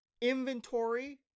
inventory